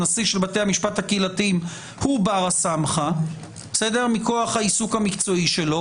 הנשיא של בתי המשפט הקהילתיים הוא בר הסמכא מכוח העיסוק המקצועי שלו,